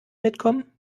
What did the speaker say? mitkommen